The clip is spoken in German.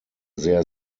sehr